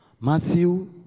Matthew